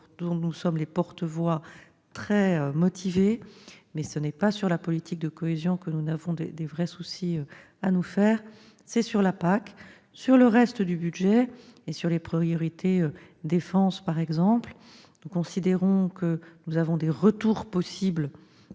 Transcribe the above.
nous sommes des porte-parole très motivés, mais ce n'est pas sur la politique de cohésion que nous avons de véritables soucis à nous faire, c'est sur la PAC. Sur le reste du budget, sur les priorités en matière de défense par exemple, nous considérons que nous avons des retours possibles